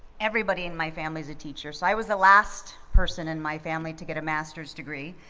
everybody in my family is a teacher, so i was the last person in my family to get a master's degree.